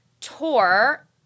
tour